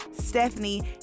Stephanie